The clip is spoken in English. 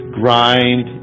grind